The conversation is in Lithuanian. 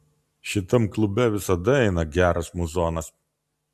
šitam klube visada eina geras muzonas